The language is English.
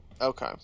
Okay